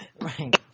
Right